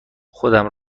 خودم